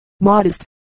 modest